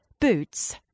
boots